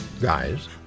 guys